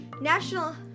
National